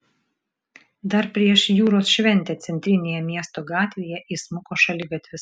dar prieš jūros šventę centrinėje miesto gatvėje įsmuko šaligatvis